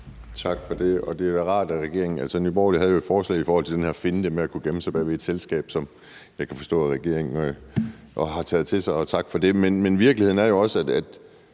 Tak for det. Nye Borgerlige havde jo et forslag i forhold til den her finte med at kunne gemme sig bag ved et selskab, som jeg kan forstå at regeringen har taget til sig, så tak for det. Men virkeligheden er jo også, at